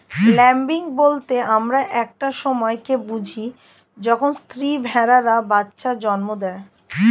lambing বলতে আমরা একটা সময় কে বুঝি যখন স্ত্রী ভেড়ারা বাচ্চা জন্ম দেয়